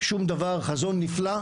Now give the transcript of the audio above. הפערים היותר גדולים הם בכישורים הרכים,